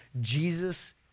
Jesus